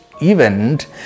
event